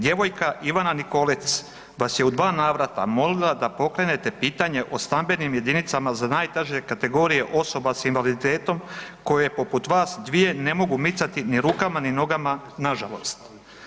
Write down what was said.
Djevojka Ivana Nikolec vas je u dva navrata molila da pokrenete pitanje o stambenim jedinicama za najteže kategorije osoba s invaliditetom koje poput vas dvije ne mogu micati ni rukama ni nogama nažalost.